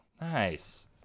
nice